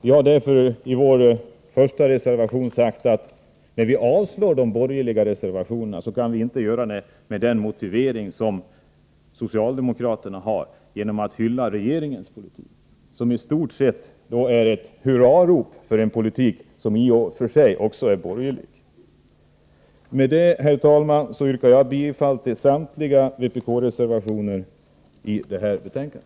Vi har därför i vår första reservation sagt att när vi avstyrker de borgerliga reservationerna kan vi inte göra det med den motivering som socialdemokraterna har, att hylla regeringens politik som i stort sett är ett hurrarop för en politik som i och för sig också är borgerlig. Med det här, herr talman, yrkar jag bifall till samtliga vpk-reservationer i detta betänkande.